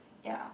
ya